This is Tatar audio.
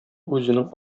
үзенең